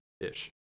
ish